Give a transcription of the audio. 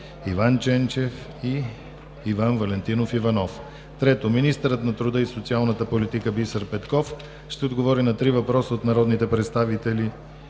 Иван Ченчев; и Иван Валентинов Иванов. 3. Министърът на труда и социалната политика Бисер Петков ще отговори на 3 въпроса от народните представители